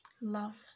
Love